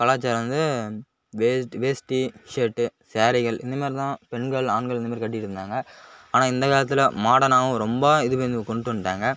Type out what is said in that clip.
கலாச்சாரம் வந்து வேஸ்ட்டு வேஸ்ட்டி ஷேர்ட்டு சேரீகள் இந்த மாரி தான் பெண்கள் ஆண்கள் இந்த மாரி கட்டிட்ருந்தாங்க ஆனால் இந்த காலத்தில் மாடனாவும் ரொம்ப இது வந்து கொண்டு வந்துட்டாங்க